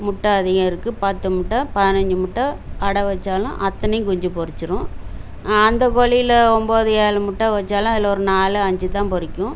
முட்டை அதிகம் இருக்குது பத்து முட்டை பதினஞ்சி முட்டை அடை வச்சாலும் அத்தனையும் குஞ்சு பொரிச்சிடும் அந்த கோழியில் ஒம்பது ஏழு முட்டை வச்சாலும் அதில் ஒரு நாலு அஞ்சுதான் பொரிக்கும்